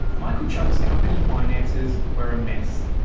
michael chugg's company finances were a mess.